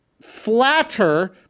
flatter